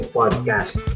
podcast